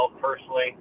personally